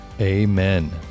amen